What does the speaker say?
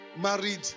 married